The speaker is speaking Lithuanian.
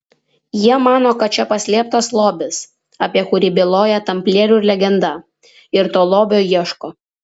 jie mano kad čia paslėptas lobis apie kurį byloja tamplierių legenda ir to lobio ieško